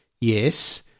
yes